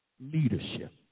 leadership